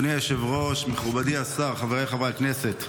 אדוני היושב-ראש, מכבודי השר, חבריי חברי הכנסת,